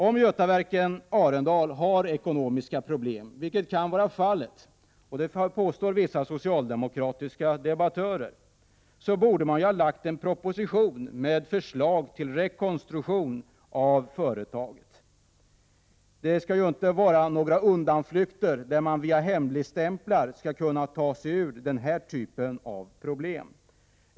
Om Götaverken Arendal har ekonomiska problem — som vissa socialdemokratiska debattörer gjort gällande — borde en proposition framlagts med förslag till rekonstruktion av företaget. Det skall inte vara några undanflykter, där man via hemligstämplar skall kunna ta sig ur denna typ av problem.